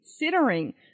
considering